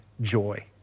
joy